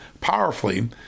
powerfully